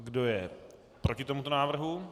Kdo je proti tomuto návrhu?